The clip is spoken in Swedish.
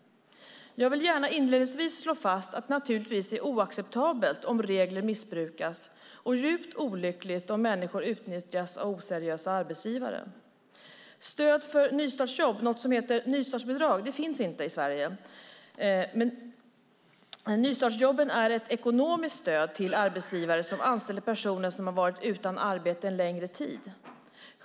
Jag vill gärna inledningsvis slå fast att det naturligtvis är oacceptabelt om regler missbrukas och djupt olyckligt om människor utnyttjas av oseriösa arbetsgivare. Stöd för nystartsjobb - något som heter "nystartsbidrag" finns inte i Sverige - är ett ekonomiskt stöd till arbetsgivare som anställer personer som har varit utan arbete en längre tid.